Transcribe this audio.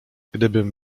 gdybym